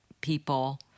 people